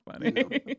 funny